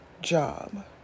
job